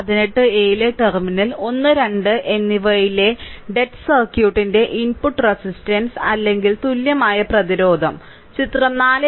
18 a ലെ terminal 1 2 എന്നിവയിലെ dead സർക്യൂട്ടിന്റെ ഇൻപുട്ട് റെസിസ്റ്റൻസ് അല്ലെങ്കിൽ തുല്യമായ പ്രതിരോധം ചിത്രം 4